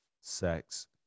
sex